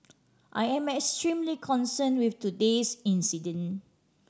I am extremely concern with today's incident